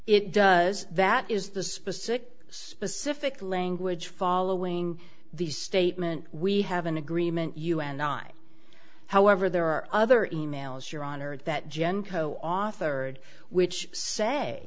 it does that is the specific specific language following the statement we have an agreement un i however there are other emails your honor that jenko authored which say